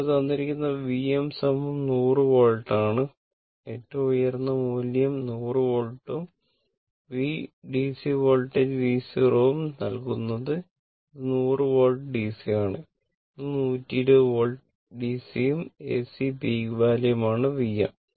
ഇവിടെ തന്നിരിക്കുന്നത് Vm 100 volt ആണ് ഏറ്റവും ഉയർന്ന മൂല്യം 100 വോൾട്ടും V r DC voltage V0 ഉം നൽകുന്നത് ഇത് 100 വോൾട്ട് DC ആണ് ഇത് 120 വോൾട്ട് DC ഉം AC പീക്ക് വാല്യുമാണ് Vm